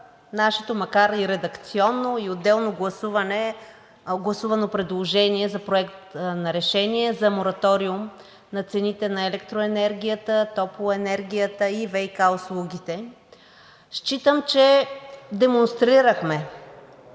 нашето, макар и редакционно и отделно гласувано, предложение за Проект на решение за мораториум на цените на електроенергията, топлоенергията и ВИК услугите. Считам, че демонстрирахме